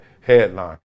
headline